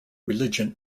religion